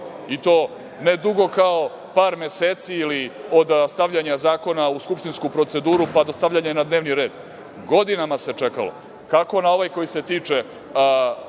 i to ne dugo kao par meseci ili od stavljanja zakona u skupštinsku proceduru, pa do stavljanja na dnevni red. Godinama se čekalo, kako ovaj koji se tiče